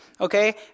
okay